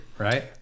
Right